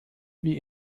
wie